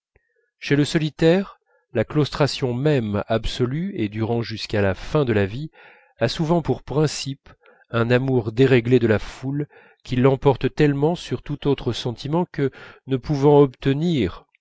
chez le solitaire la claustration même absolue et durant jusqu'à la fin de la vie a souvent pour principe un amour déréglé de la foule qui l'emporte tellement sur tout autre sentiment que ne pouvant obtenir